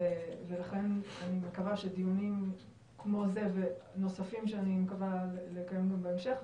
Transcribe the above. ולכן אני מקווה שדיונים כמו זה ונוספים שאני מקווה שנקיים פה בהמשך,